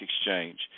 Exchange